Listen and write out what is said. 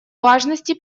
важности